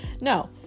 No